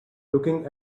looking